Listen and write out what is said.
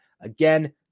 Again